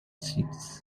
seeds